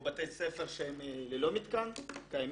ויש פה בתי ספר שהם ללא מתקן, קיימים?